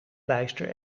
bijster